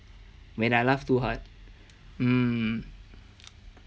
when I laugh too hard mm